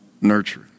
nurture